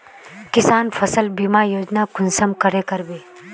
किसान फसल बीमा योजना कुंसम करे करबे?